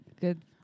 good